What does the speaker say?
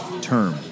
term